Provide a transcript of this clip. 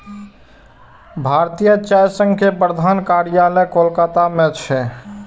भारतीय चाय संघ के प्रधान कार्यालय कोलकाता मे छै